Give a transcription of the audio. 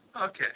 Okay